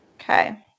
Okay